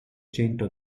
centro